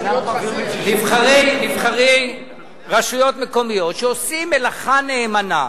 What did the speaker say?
נבחרי רשויות מקומיות שעושים מלאכה נאמנה,